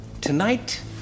tonight